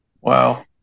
Wow